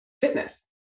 fitness